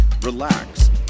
relax